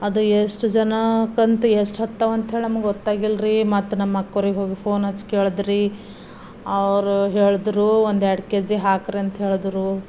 ಅದು ಎಷ್ಟು ಜನಕ್ಕಂತು ಎಷ್ಟು ಹತ್ತವಂಥೇಳಿ ನಮಗೆ ಗೊತ್ತಾಗಿಲ್ರೀ ಮತ್ತೆ ನಮ್ಮ ಅಕ್ಕವ್ರಿಗೆ ಹೋಗಿ ಫೋನ್ ಹಚ್ಚಿ ಕೇಳ್ದರೀ ಅವ್ರು ಹೇಳಿದ್ರು ಒಂದು ಎರಡು ಕೆ ಜಿ ಹಾಕ್ರಿ ಅಂತ ಹೇಳಿದ್ರು